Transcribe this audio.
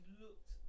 looked